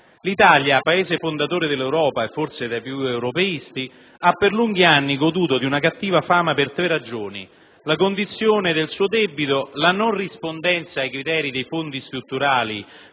L'Italia, Paese fondatore dell'Europa e forse tra i più europeisti, ha per lunghi anni goduto di una cattiva fama per tre ragioni: la condizione del suo debito; la non rispondenza ai criteri dei fondi strutturali,